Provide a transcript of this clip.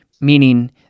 meaning